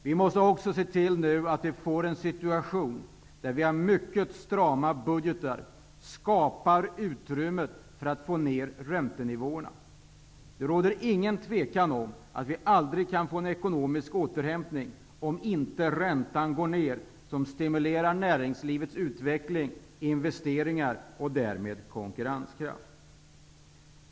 Vi måste se till att åstadkomma en situation med mycket strama budgetar. Det gäller att skapa ett utrymme för att kunna få ner räntenivåerna. Det råder inget tvivel om att vi aldrig kan få en ekonomisk förbättring om inte räntan går ner och stimulerar näringslivets utveckling och investeringar och därmed konkurrenskraften.